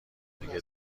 دیگه